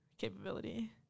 capability